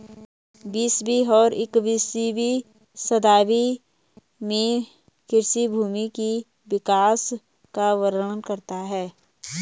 बीसवीं और इक्कीसवीं शताब्दी में कृषि भूमि के विकास का वर्णन करता है